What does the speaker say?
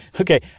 Okay